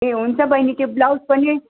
ए हुन्छ बहिनी त्यो ब्लाउज पनि